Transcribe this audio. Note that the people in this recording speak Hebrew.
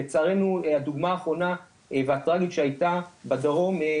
לצערנו הדוגמא האחרונה והטרגית שהיתה בדרום היא